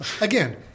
Again